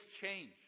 change